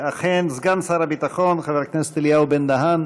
אכן, סגן שר הביטחון חבר הכנסת אליהו בן-דהן